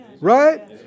right